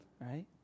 right